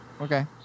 Okay